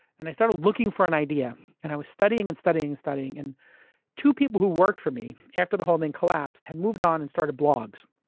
and i started looking for an idea and i was studying, and studying, and studying. and two people who worked for me after the whole thing collapsed, had moved on and started blogs.